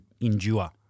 endure